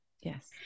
Yes